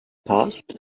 passed